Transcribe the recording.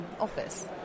office